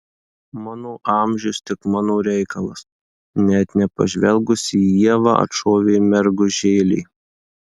mano amžius tik mano reikalas net nepažvelgusi į ievą atšovė mergužėlė